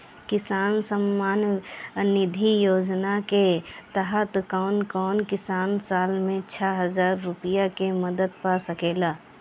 किसान सम्मान निधि योजना के तहत कउन कउन किसान साल में छह हजार रूपया के मदद पा सकेला?